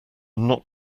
not